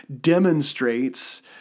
demonstrates